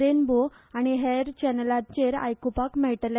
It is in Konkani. रेनबो आनी हेर चॅनलांचेर आयकुपाक मेळटले